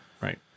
right